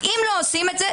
אם לא עושים את זה,